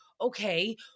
okay